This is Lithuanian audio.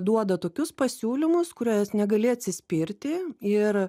duoda tokius pasiūlymus kuriuos negali atsispirti ir